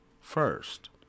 first